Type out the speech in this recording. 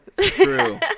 True